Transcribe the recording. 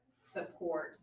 support